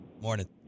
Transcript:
Morning